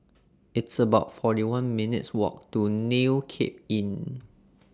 It's about forty one minutes' Walk to New Cape Inn